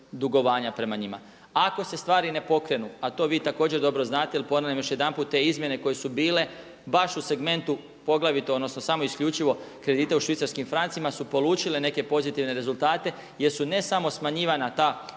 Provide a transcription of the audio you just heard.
dugovanja prema njima. Ako se stvari ne pokrenu, a to vi također dobro znate jer ponavljam još jedanput, te izmjene koje su bile, baš u segmentu poglavito, odnosno samo isključivo kredite u švicarskim francima su polučile neke pozitivne rezultate jer su ne samo smanjivanja ta